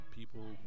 people